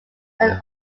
than